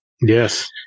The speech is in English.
Yes